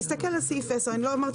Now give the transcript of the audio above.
תסתכל על סעיף 10,"ישמשו